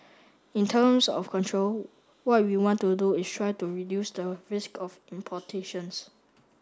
in terms of control what we want to do is try to reduce the risk of importations